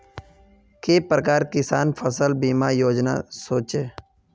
के प्रकार किसान फसल बीमा योजना सोचें?